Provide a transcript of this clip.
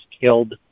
killed